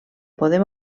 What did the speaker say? podem